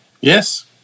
Yes